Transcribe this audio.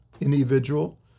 individual